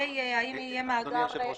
אדוני היושב-ראש,